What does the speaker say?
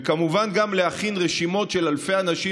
וכמובן גם להכין רשימות של אלפי אנשים